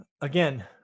again